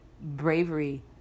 bravery